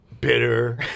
bitter